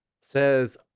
says